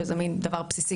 זה מין דבר בסיסי